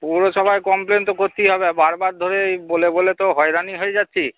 পৌরসভায় কমপ্লেন তো করতেই হবে বারবার ধরে এই বলে বলে তো হয়রানি হয়ে যাচ্ছি